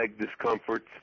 discomforts